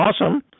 awesome